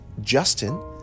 justin